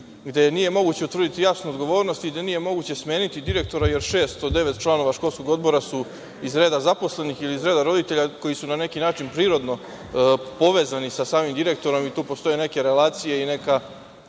gde nije moguće utvrditi jasno odgovornost i gde nije moguće smeniti direktora, jer šest od devet članova školskog odbora su iz reda zaposlenih ili iz reda roditelja koji su na neki način prirodno povezani sa samim direktorom i tu postoje neke relacije i neka